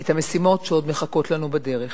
את המשימות שעוד מחכות לנו בדרך.